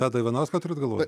tadą ivanauską turit galvoj